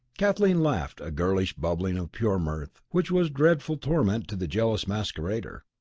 kathleen laughed, a girlish bubbling of pure mirth, which was dreadful torment to the jealous masquerader.